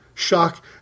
shock